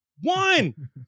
One